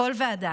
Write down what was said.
בכל ועדה,